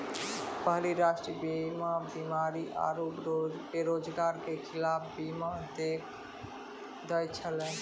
पहिले राष्ट्रीय बीमा बीमारी आरु बेरोजगारी के खिलाफ बीमा दै छलै